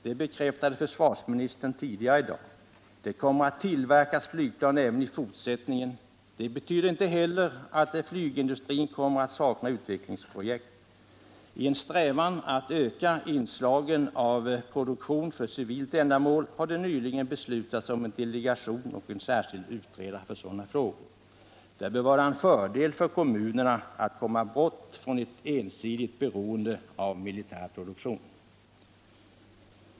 Det bekräftade försvarsministern tidigare i dag. Det kommer att tillverkas flygplan även i fortsättningen. Inte heller kommer flygindustrin att sakna utvecklingsprojekt. I en strävan att öka inslagen av produktion för civilt ändamål har det nyligen beslutats om en delegation och en särskild utredare för sådana frågor. Det bör vara en fördel för kommunerna att komma bort från ett ensidigt beroende av militär produktion.